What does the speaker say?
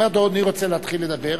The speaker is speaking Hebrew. אם אדוני רוצה להתחיל לדבר,